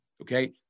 okay